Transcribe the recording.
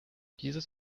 dieses